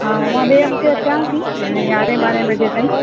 हा मां ॿिए हफ़्ते अचां थी यारहें ॿारहें बजे ताईं